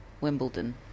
Wimbledon